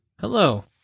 hello